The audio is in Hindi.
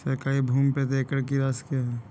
सरकारी भूमि प्रति एकड़ की राशि क्या है?